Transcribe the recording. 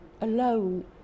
alone